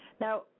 Now